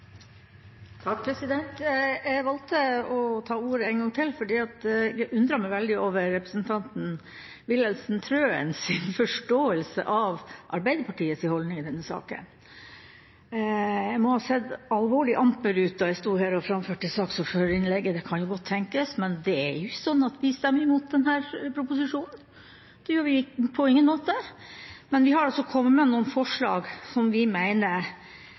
Jeg valgte å ta ordet en gang til, for jeg undret meg veldig over representanten Wilhelmsen Trøens forståelse av Arbeiderpartiets holdning i denne saken. Jeg må ha sett alvorlig amper ut da jeg sto her og framførte saksordførerinnlegget – det kan godt tenkes – men det er jo ikke slik at vi stemmer imot denne proposisjonen, det gjør vi på ingen måte. Men vi har kommet med noen forslag